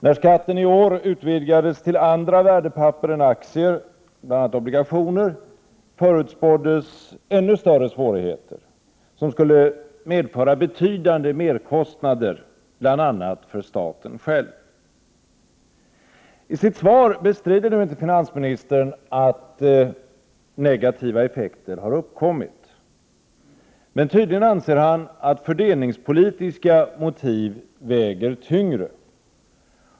När skatten i år utvidgades till andra värdepapper än aktier, bl.a. obligationer, förutspåddes ännu större svårigheter, som skulle medföra betydande merkostnader, bl.a. för staten själv. I sitt svar bestrider inte finansministern att negativa effekter har uppkommit. Men tydligen anser han att fördelningspolitiska motiv väger tyngre.